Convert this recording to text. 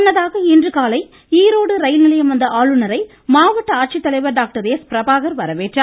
முன்னதாக இன்றுகாலை ஈரோடு ரயில்நிலையம் வந்த ஆளுநரை மாவட்ட ஆட்சித்தலைவர் டாக்டர் எஸ் பிரபாகர் வரவேற்றார்